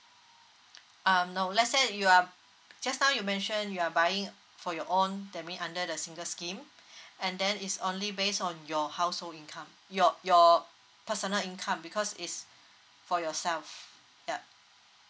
um no let's say you are just now you mention you are buying for your own that mean under the single scheme and then is only based on your household income your your personal income because is for yourself yup